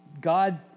God